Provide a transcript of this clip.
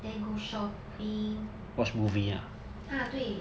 then go shopping 啊对